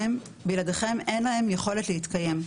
בלעדיכם אין להם יכולת להתקיים.